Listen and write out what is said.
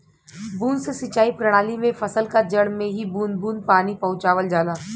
बूंद से सिंचाई प्रणाली में फसल क जड़ में ही बूंद बूंद पानी पहुंचावल जाला